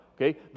okay